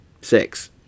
six